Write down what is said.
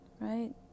right